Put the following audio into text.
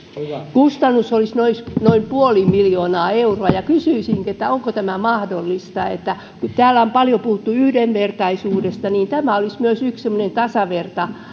kustannus olisi noin puoli miljoonaa euroa kysyisinkin onko tämä mahdollista kun täällä on paljon puhuttu yhdenvertaisuudesta tämä olisi myös yksi semmoinen tasavertainen